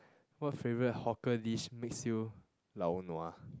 what favourite hawker dish makes you lao nua